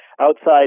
outside